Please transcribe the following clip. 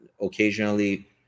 occasionally